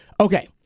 Okay